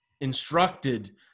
instructed